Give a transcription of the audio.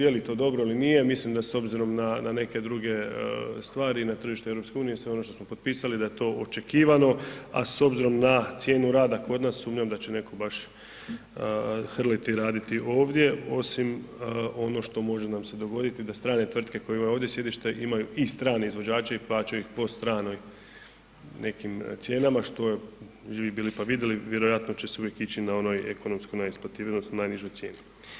Je li to dobro ili nije, mislim da s obzirom na neke druge stvari na tržištu EU sve ono što smo potpisali da je to očekivano, a s obzirom na cijenu rada kod nas sumnjam da će netko baš hrliti raditi ovdje, osim ono što može nam se dogoditi da strane tvrtke koje imaju ovdje sjedište imaju i strane izvođače i plaćaju iz po stranoj nekim cijenama što je, živi bili pa vidjeli, vjerojatno će se uvijek ići na onoj ekonomskoj najisplativijoj odnosno najnižoj cijeni.